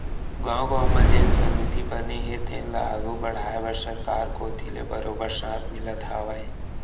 गाँव गाँव म जेन समिति बने हे तेन ल आघू बड़हाय बर सरकार कोती ले बरोबर साथ मिलत हावय